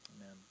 Amen